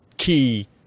Key